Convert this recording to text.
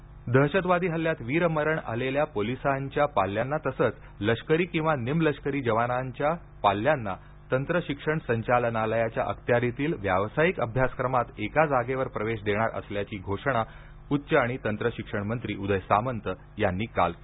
शहीदांच्या पाल्यांना प्रवेश दहशतवादी हल्ल्यात वीरमरण आलेल्या पोलिसांच्या पाल्यांना तसंच लष्करी किंवा निमलष्करी जवानाच्या पाल्यांना तंत्र शिक्षण संचालनालयाच्या अखत्यारितील व्यावसायिक अभ्यासक्रमात एका जागेवर प्रवेश देणार असल्याची घोषणा उच्च आणि तंत्र शिक्षण मंत्री उदय सामंत यांनी काल केली